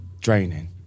draining